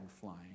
flying